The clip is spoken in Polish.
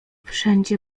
wszędzie